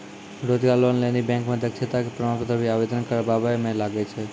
रोजगार लोन लेली बैंक मे दक्षता के प्रमाण पत्र भी आवेदन करबाबै मे लागै छै?